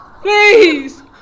Please